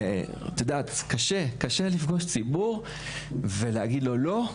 את יודעת, קשה, קשה לפגוש ציבור ולהגיד לו לא,